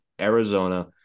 Arizona